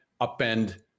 upend